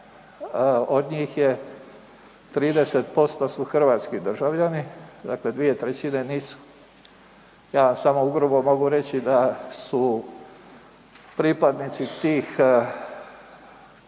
od njih je 30% su hrvatski državljani, dakle 2/3 nisu. Ja samo ugrubo mogu reći da su pripadnici tih